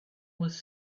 was